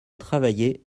travailler